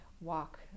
walk